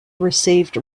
received